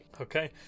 Okay